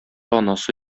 анасы